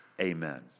Amen